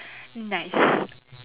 nice